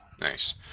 Nice